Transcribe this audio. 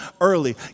early